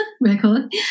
record